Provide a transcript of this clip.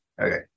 Okay